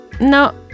no